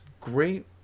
great